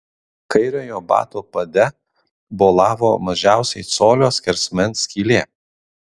kairiojo bato pade bolavo mažiausiai colio skersmens skylė